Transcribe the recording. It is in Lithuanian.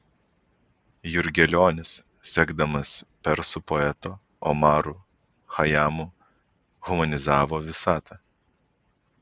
jurgelionis sekdamas persų poetu omaru chajamu humanizavo visatą